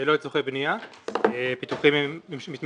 לא לצרכי בנייה.